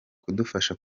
kudufasha